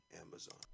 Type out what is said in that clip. Amazon